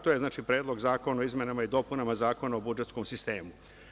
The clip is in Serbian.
To je Predlog zakona o izmenama i dopunama Zakona o budžetskom sistemu.